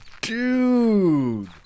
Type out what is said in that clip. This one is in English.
dude